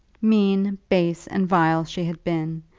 mean, base, and vile she had been,